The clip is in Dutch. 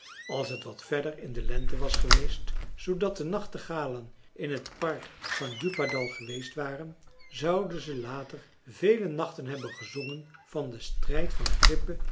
als het wat verder in de lente was geweest zoodat de nachtegalen in het park van djupadal geweest waren zouden ze later vele nachten hebben gezongen van den strijd van gripe